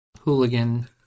hooligan